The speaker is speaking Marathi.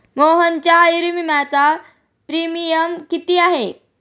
मोहनच्या आयुर्विम्याचा प्रीमियम किती आहे?